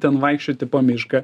ten vaikščioti po mišką